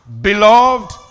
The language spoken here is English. Beloved